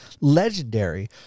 legendary